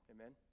Amen